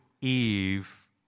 Eve